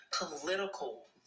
political